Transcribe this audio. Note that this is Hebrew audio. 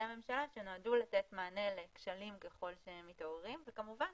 הממשלה שנועדו לתת מענה לכשלים ככל שהם מתעוררים וכמובן